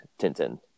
Tintin